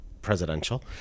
presidential